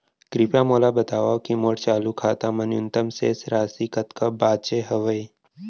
कृपया मोला बतावव की मोर चालू खाता मा न्यूनतम शेष राशि कतका बाचे हवे